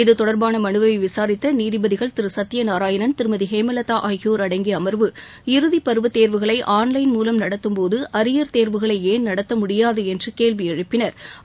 இது தொடர்பான மனுவை விசாரித்த நீதிபதிகள் சத்யநாராயணன் திருமதி ஹேமலதா ஆகியோர் அடங்கிய அமர்வு இறதி பருவத் தோவுகளை ஆள்லைள் மூலம் நடத்தும்போது அரியர் தேர்வுகளை ஏன் நடத்த முடியாது என்று கேள்வி எழுப்பினா்